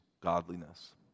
godliness